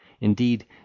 Indeed